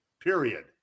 period